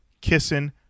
kissing